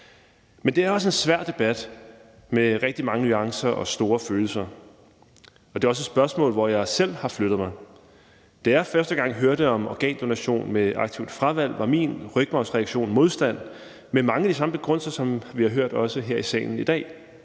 Men det er også en svær debat med rigtig mange nuancer og store følelser, og det er også et spørgsmål, hvor jeg selv har flyttet mig. Da jeg første gang hørte om organdonation med et aktivt fravalg, var min rygmarvsreaktion modstand med mange af de samme begrundelser, som vi også har hørt her i salen i dag: